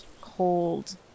cold